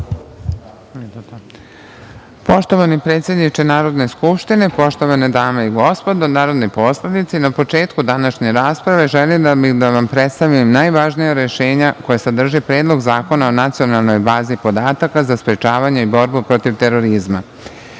Poštovani predsedniče Narodne skupštine, poštovane dame i gospodo narodni poslanici, na početku današnje rasprave želela bih da vam predstavim najvažnija rešenja koja sadrže Predlog zakona o nacionalnoj bazi podataka za sprečavanje i borbu protiv terorizma. Nesporno